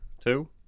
two